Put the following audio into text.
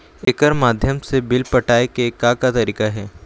एकर माध्यम से बिल पटाए के का का तरीका हे?